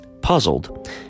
Puzzled